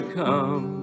come